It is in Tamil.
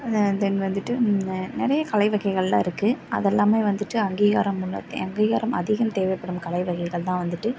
தென் வந்துட்டு நிறைய கலை வகைகளெல்லாம் இருக்குது அதெல்லாமே வந்துட்டு அங்கீகாரம் உள்ள அங்கீகாரம் அதிகம் தேவைப்படும் கலை வகைகள் தான் வந்துட்டு